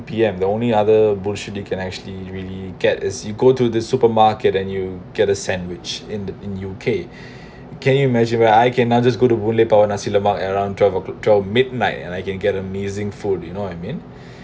P_M the only other bullshit you can actually really get is you go to the supermarket and you get a sandwich in in U_K can you imagine where I can just go to boon lay power nasi lemak around twelve o~ twelve midnight and I can get amazing food you know what I mean